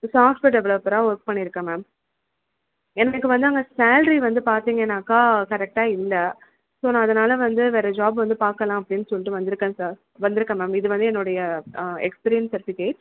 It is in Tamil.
சாப்ட்வேர் டெவலப்பராக ஒர்க் பண்ணியிருக்கேன் மேம் எனக்கு வந்து அங்கே சேல்ரி வந்து பார்த்தீங்கனாக்கா கரெக்டாக இல்லை ஸோ நான் அதனால் வந்து வேறு ஜாப் வந்து பார்க்கலாம் அப்படின்னு சொல்லிட்டு வந்திருக்கேன் சார் வந்திருக்கேன் மேம் இதுவந்து என்னுடைய எக்ஸ்பிரியன்ஸ் செர்டிஃபிகேட்